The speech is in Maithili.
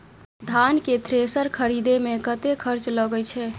धान केँ थ्रेसर खरीदे मे कतेक खर्च लगय छैय?